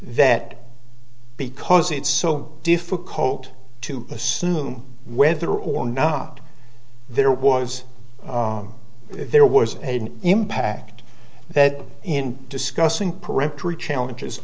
that because it's so difficult to assume whether or not there was there was an impact that in discussing peremptory challenges